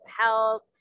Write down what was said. health